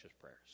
prayers